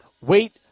wait